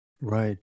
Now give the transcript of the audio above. Right